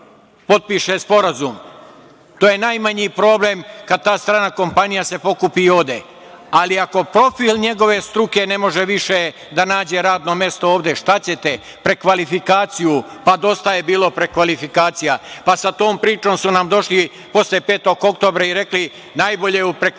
To je najmanji problem, kad ta strana kompanija se pokupi i ode. Ali, ako profil njegove struke ne može više da nađe radno mesto ovde, šta ćete? Prekvalifikaciju? Dosta je bilo prekvalifikacija. Sa tom pričom su nam došli posle 5. oktobra i rekli - najbolje je u prekvalifikaciju. Uostalom,